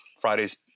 Friday's